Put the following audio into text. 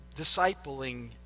discipling